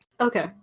Okay